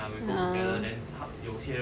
ah